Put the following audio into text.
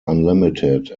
unlimited